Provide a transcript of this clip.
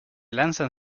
lanzan